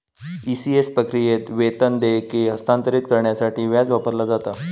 ECS प्रक्रियेत, वेतन देयके हस्तांतरित करण्यासाठी व्याज वापरला जाता